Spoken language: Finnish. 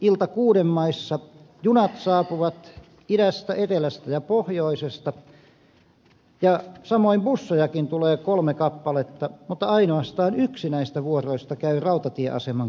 iltakuuden maissa junat saapuvat idästä etelästä ja pohjoisesta ja samoin bussejakin tulee kolme kappaletta mutta ainoastaan yksi näistä vuoroista käy rautatieaseman kautta